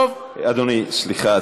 אדוני, סליחה.